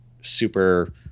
super